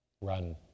Run